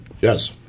Yes